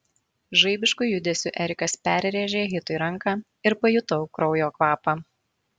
žaibišku judesiu erikas perrėžė hitui ranką ir pajutau kraujo kvapą